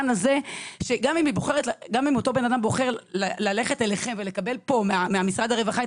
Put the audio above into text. גם אם אותו אדם בוחר ללכת אליכם ולקבל את הצרכים ממשרד הרווחה,